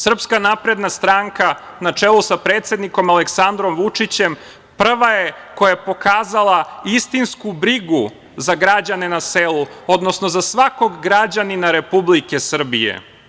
Srpska napredna stranka na čelu sa predsednikom Aleksandrom Vučićem, prva je koja je pokazala istinsku brigu za građane na selu, odnosno za svakog građanina Republike Srbije.